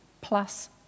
plus